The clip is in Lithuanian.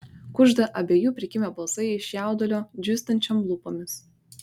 kužda abiejų prikimę balsai iš jaudulio džiūstančiom lūpomis